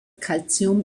calcium